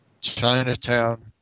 Chinatown